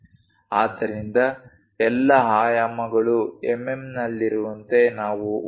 ಆದ್ದರಿಂದ ಎಲ್ಲಾ ಆಯಾಮಗಳು ಎಂಎಂನಲ್ಲಿರುವಂತೆ ನಾವು 1